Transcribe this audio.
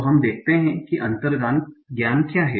तो हम देखते हैं अंतर्ज्ञान क्या है